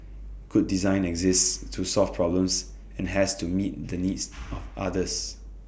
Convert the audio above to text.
good design exists to solve problems and has to meet the needs of others